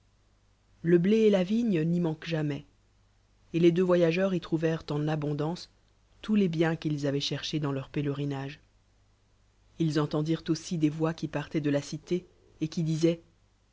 le blé et la vigne n'y manquent jamais et les deux voyageurs y trouvèrent en abondance tous les biens qu'ils avoicntchcrchés dans leur pélerinage ils entendirent aussi des voix qui parlaient de la cité et qui disoient